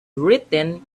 written